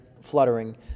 fluttering